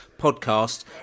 podcast